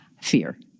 fear